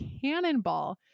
cannonball